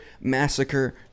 Massacre